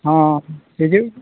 ᱦᱚᱸ ᱦᱤᱡᱩᱜ